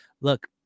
look